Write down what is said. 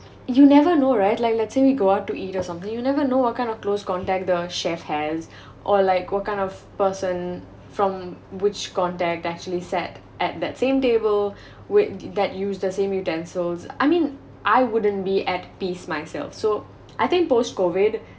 you'll never know right like let's say we go out to eat or something you never know what kind of close contact the chef has or like what kind of person from which contact actually sat at that same table with that use the same utensils I mean I wouldn't be at peace myself so I think post COVID